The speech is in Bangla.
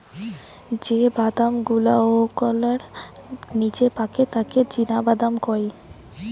যে বাদাম গুলাওকলার নিচে পাকে তাকে চীনাবাদাম কয়